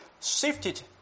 shifted